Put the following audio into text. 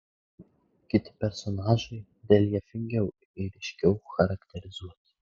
kiti personažai reljefingiau ir ryškiau charakterizuoti